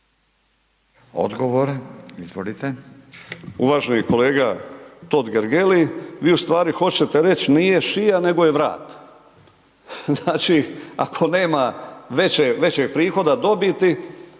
Hrvatsku)** Uvaženi kolega Totgergeli vi u stvari hoćete reći nije šija nego je vrat. Znači ako nema većeg prihoda dobiti